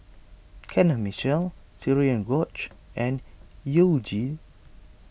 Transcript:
Kenneth Mitchell Cherian George and You Jin